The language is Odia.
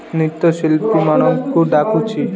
ନୃତ୍ୟଶିଳ୍ପୀମାନଙ୍କୁ ଡାକୁଛି